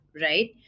right